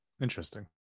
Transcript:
Interesting